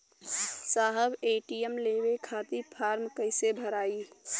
साहब ए.टी.एम लेवे खतीं फॉर्म कइसे भराई?